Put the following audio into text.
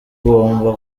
ugomba